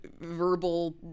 Verbal